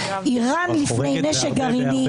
איראן לפני נשק גרעיני- -- את חורגת בהרבה.